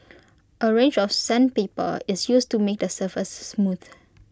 A range of sandpaper is used to make the surface smooth